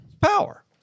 power